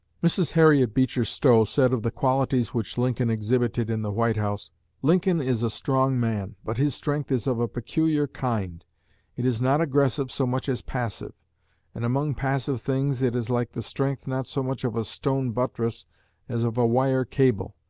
mrs. harriet beecher stowe said of the qualities which lincoln exhibited in the white house lincoln is a strong man, but his strength is of a peculiar kind it is not aggressive so much as passive and among passive things, it is like the strength not so much of a stone buttress as of a wire cable.